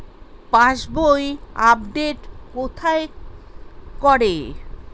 পাসবই update কোথায় করে?